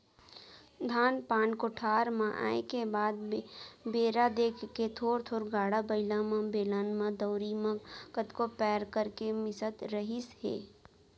धान पान कोठार म आए के बाद बेरा देख के थोर थोर गाड़ा बइला म, बेलन म, दउंरी म कतको पैर कर करके मिसत रहिस हे